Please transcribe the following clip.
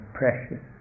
precious